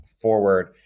Forward